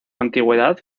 antigüedad